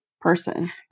person